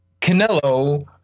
Canelo